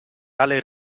tale